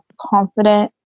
confident